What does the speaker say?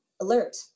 alert